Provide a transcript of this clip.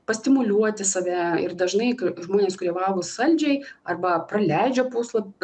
pastimuliuoti save ir dažnai žmonės kurie valgo saldžiai arba praleidžia pusla